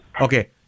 Okay